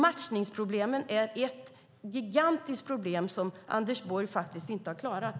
Matchningen är ett gigantiskt problem som Anders Borg inte har klarat.